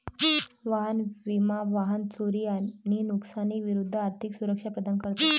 वाहन विमा वाहन चोरी आणि नुकसानी विरूद्ध आर्थिक सुरक्षा प्रदान करते